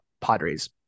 Padres